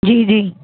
जी जी